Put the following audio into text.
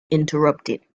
interrupted